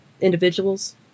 individuals